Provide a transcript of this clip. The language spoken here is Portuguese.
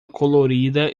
colorida